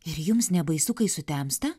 ir jums nebaisu kai sutemsta